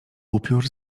upiór